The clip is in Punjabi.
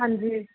ਹਾਂਜੀ